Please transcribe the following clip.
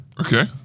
Okay